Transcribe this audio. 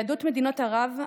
יהדות מדינות ערב,